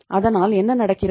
அதனால் என்ன நடக்கிறது